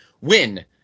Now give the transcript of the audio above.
win